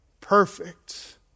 perfect